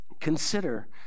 consider